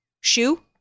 Shoe